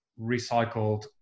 recycled